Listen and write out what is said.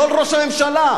לא לראש הממשלה.